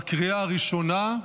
בקריאה הראשונה.